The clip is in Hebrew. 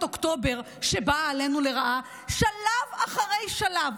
אוקטובר שבאה עלינו לרעה שלב אחרי שלב.